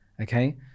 Okay